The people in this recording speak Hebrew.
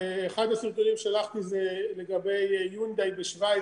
אחד הסרטונים ששלחתי זה לגבי יונדאי בשוויץ